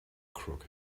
crook